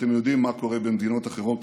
ואתם יודעים מה קורה במדינות אחרות.